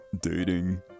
dating